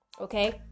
okay